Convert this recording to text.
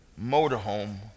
motorhome